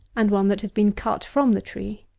and one that has been cut from the tree.